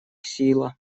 сила